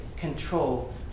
control